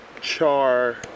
char